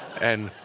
and